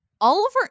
Oliver